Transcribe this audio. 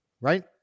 right